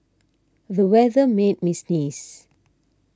the weather made me sneeze